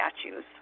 statues